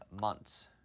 months